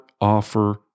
offer